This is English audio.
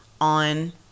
on